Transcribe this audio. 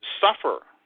suffer